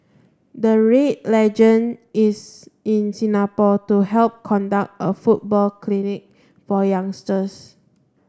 the Red legend is in Singapore to help conduct a football clinic for youngsters